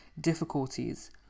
difficulties